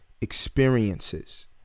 experiences